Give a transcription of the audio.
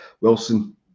Wilson